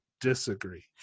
disagree